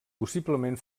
possiblement